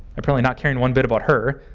apparently not caring one bit about her,